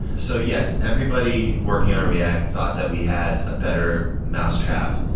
so yes, everybody working on react thought that we had a better mousetrap,